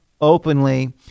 openly